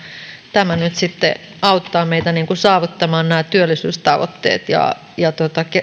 nyt sitten auttaa meitä saavuttamaan nämä työllisyystavoitteet ja ja